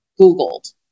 googled